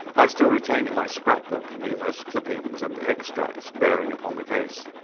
i still retain in my scrap-book numerous clippings and extracts bearing upon the case.